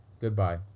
Goodbye